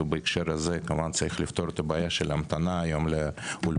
ובהקשר הזה כמובן שצריך לפתור את הבעיה של המתנה היום לאולפן.